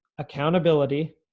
accountability